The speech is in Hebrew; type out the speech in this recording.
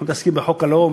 אנחנו מתעסקים בחוק הלאום,